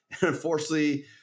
Unfortunately